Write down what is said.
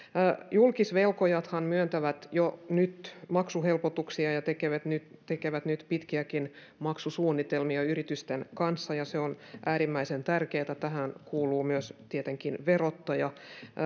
julkisvelkojathan myöntävät jo nyt maksuhelpotuksia ja tekevät nyt tekevät nyt pitkiäkin maksusuunnitelmia yritysten kanssa se on äärimmäisen tärkeätä tähän kuuluu myös tietenkin verottaja